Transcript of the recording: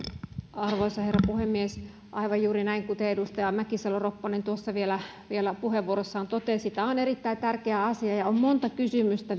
arvoisa herra puhemies aivan juuri näin kuten edustaja mäkisalo ropponen vielä vielä puheenvuorossaan totesi tämä on erittäin tärkeä asia ja on monta kysymystä